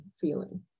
feeling